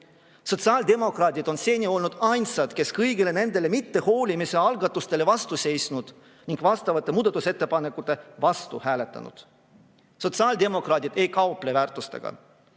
Sotsiaaldemokraadid on seni olnud ainsad, kes kõigile nendele mittehoolimise algatustele vastu on seisnud ning vastavatele muudatusettepanekutele vastu on hääletanud. Sotsiaaldemokraadid ei kauple väärtustega.